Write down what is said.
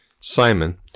Simon